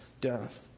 death